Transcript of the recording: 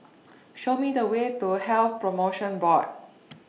Show Me The Way to Health promotion Board